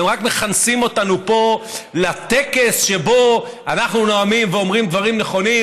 הם רק מכנסים אותנו פה לטקס שבו אנחנו נואמים ואומרים דברים נכונים,